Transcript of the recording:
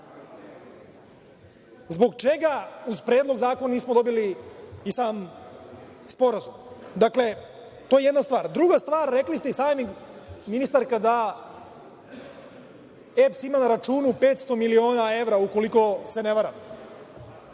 Zbog čega uz Predlog zakona nismo dobili i sa Sporazum? To je jedna stvar. Druga stvar, rekli ste i sami ministarka, da EPS ima na računu 500 miliona evra, ukoliko se ne varam.